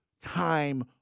time